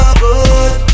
good